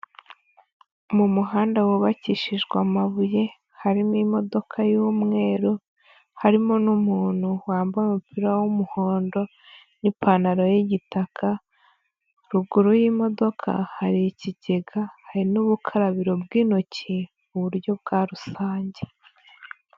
Mu muhanda wubakishijwe amabuye, harimo imodoka y'umweru, harimo n'umuntu wambaye umupira w'umuhondo n'ipantaro y'igitaka, ruguru y'imodoka hari ikigega, hari n'ubukarabiro bw'intoki mu buryo bwa rusange.